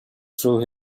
through